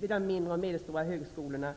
vid de mindre och medelstora högskolorna.